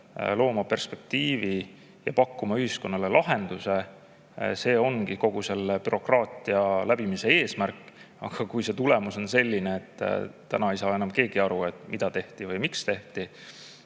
looma perspektiivi ja pakkuma ühiskonnale lahenduse. See ongi kogu bürokraatia läbimise eesmärk. Aga kui tulemus on selline, et keegi ei saa enam aru, mida tehti või miks tehti,